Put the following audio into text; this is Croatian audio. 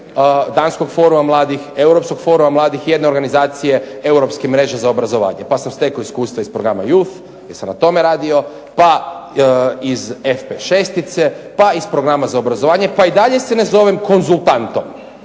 danskom foruma mladih, europskog foruma mladih i jedne organizacije Europske mreže za obrazovanje pa sam stekao iskustvo iz programa JUF jer sam na tome radio, pa iz FP 6, pa iz programa za obrazovanje pa i dalje se ne zovem konzultantom.